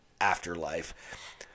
afterlife